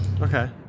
Okay